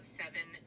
seven